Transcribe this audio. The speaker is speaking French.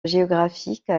géographique